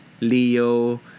Leo